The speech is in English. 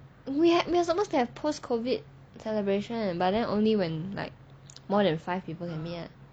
we have we are supposed to have post COVID celebration and but then only when like more than five people can meet ah